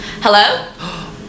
Hello